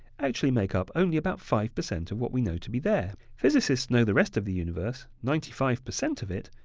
actually make up only about five percent of what we know to be there. physicists know the rest of the universe, ninety five percent of it,